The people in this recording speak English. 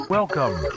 Welcome